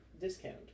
discount